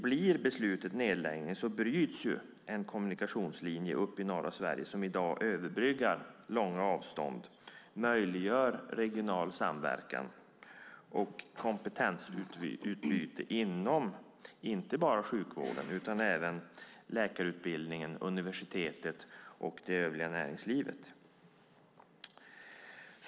Blir beslutet nedläggning så bryts en kommunikationslinje uppe i norra Sverige som i dag överbryggar långa avstånd, möjliggör regional samverkan och kompetensutbyte inom inte bara sjukvården utan även läkarutbildningen, universitetet och det övriga näringslivet.